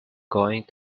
going